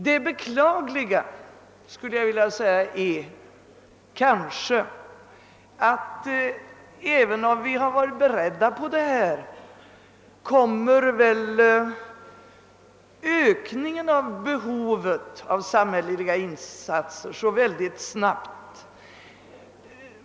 Det beklagliga är kanske, skulle jag vilja säga, att även om vi har varit beredda på detta, så har behovet av samhälleliga insatser ökats så oerhört snabbt.